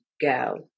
go